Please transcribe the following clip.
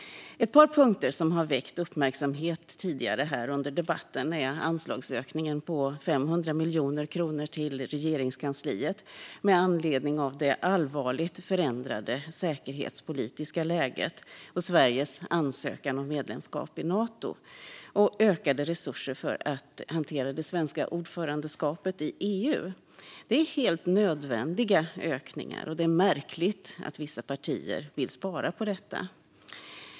Ett par punkter som har väckt uppmärksamhet tidigare under debatten är anslagsökningen på 500 miljoner kronor till Regeringskansliet med anledning av det allvarligt förändrade säkerhetspolitiska läget, Sveriges ansökan om medlemskap i Nato och ökade resurser för att hantera det svenska ordförandeskapet i EU. Det är helt nödvändiga ökningar, och det är märkligt att vissa partier vill spara på detta.